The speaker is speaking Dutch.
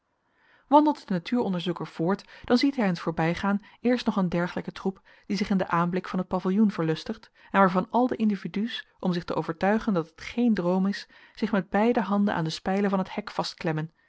wandelt de natuuronderzoeker voort dan ziet hij in t voorbijgaan eerst nog een dergelijken troep die zich in den aanblik van het paviljoen verlustigt en waarvan al de individu's om zich te overtuigen dat het geen droom is zich met beide handen aan de spijlen van het hek